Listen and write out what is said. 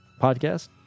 podcast